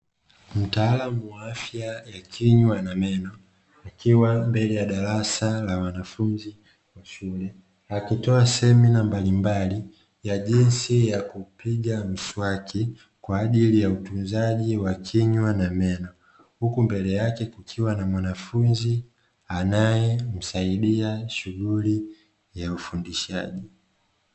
Mtaalamu wa afya ya kinywa na meno akiwa mbele ya darasa la wanafunzi wa shule, akitoa semina mbalimbali ya jinsi ya kupiga mswaki kwa ajili ya utunzaji wa kinywa na meno. huku mbele yake kukiwa na mwanafunzi anayemsaidia shughuli ya ufundishaji.